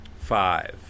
five